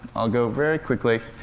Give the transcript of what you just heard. i'll go very quickly.